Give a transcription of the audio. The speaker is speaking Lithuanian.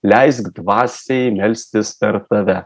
leisk dvasiai melstis per tave